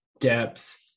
depth